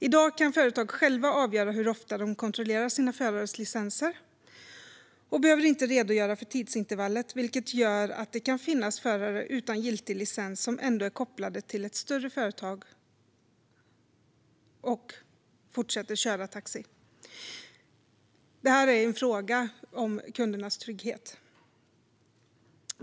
I dag kan företag själva avgöra hur ofta de kontrollerar sina förares licenser och behöver inte redogöra för tidsintervallet, vilket innebär att det kan finnas förare utan giltig licens som ändå är kopplade till ett större företag och fortsätter att köra taxi. Det är en fråga om kundernas trygghet.